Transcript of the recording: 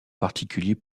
particulier